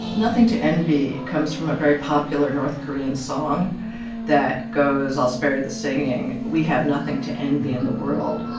nothing to envy comes from a very popular north korean song that goes i'll spare you the singing we have nothing to envy in the world